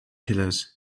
pillars